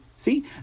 See